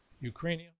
Ukraine